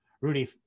Rudy